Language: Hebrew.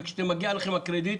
וכשמגיע לכם הקרדיט,